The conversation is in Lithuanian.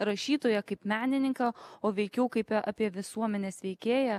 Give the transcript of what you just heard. rašytoją kaip menininką o veikiau kaip apie visuomenės veikėją